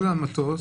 כל המטוס.